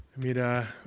amita.